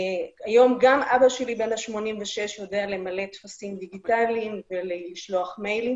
גם אבא שלי בן ה-86 יודע למלא טפסים דיגיטליים ולשלוח מייל.